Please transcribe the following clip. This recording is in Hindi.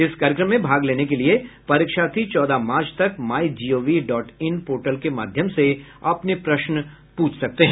इस कार्यक्रम में भाग लेने के लिये परीक्षार्थी चौदह मार्च तक my gov dot in portal के माध्यम से अपने प्रश्न प्रछ सकते हैं